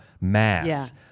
Mass